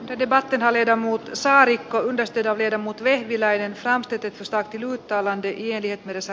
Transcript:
ride varten alle ja muutto saarikko esteitä viedä mut vehviläinen framstetetusta kirjoittavan die die presse